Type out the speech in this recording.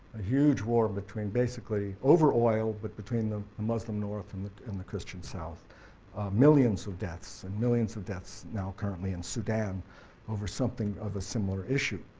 a huge war between basically over oil but between the muslim north and the and the christian south millions of deaths and millions of deaths now currently in sudan over something of a similar issue.